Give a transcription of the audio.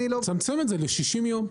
צמצם את זה ל-60 יום.